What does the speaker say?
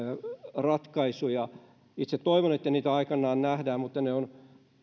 ratkaisuja itse toivon että niitä aikanaan nähdään mutta ne ovat